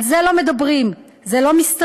על זה לא מדברים, זה לא מסתדר.